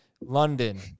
London